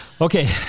Okay